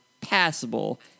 passable